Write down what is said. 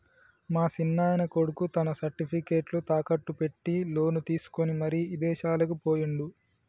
మా సిన్నాయన కొడుకు తన సర్టిఫికేట్లు తాకట్టు పెట్టి లోను తీసుకొని మరి ఇదేశాలకు పోయిండు